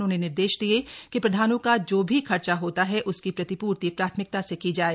उन्होंने निर्देश दिये कि प्रधानों का जो भी खर्चा होता है उसकी प्रतिपूर्ति प्राथमिकता से की जाए